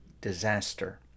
disaster